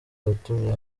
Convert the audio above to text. yatumye